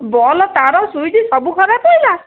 bulb ତାର switch ସବୁ ଖରାପ ହେଇଗଲା